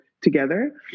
together